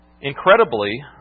Incredibly